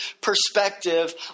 perspective